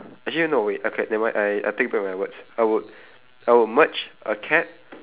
actually no wait okay never mind I I take back my words I would I would merge a cat